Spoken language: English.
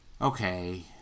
okay